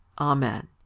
Amen